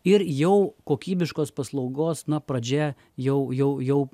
ir jau kokybiškos paslaugos na pradžia jau jau jau